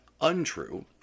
untrue